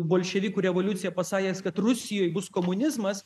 bolševikų revoliuciją pasakęs kad rusijoj bus komunizmas